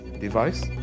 device